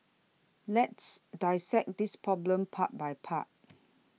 let's dissect this problem part by part